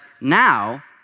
now